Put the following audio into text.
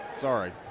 sorry